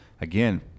again